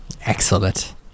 Excellent